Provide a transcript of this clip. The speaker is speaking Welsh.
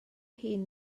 hun